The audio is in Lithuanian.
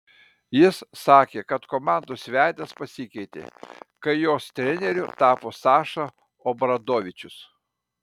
jis sakė kad komandos veidas pasikeitė kai jos treneriu tapo saša obradovičius